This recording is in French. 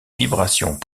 vibrations